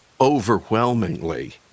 overwhelmingly